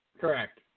Correct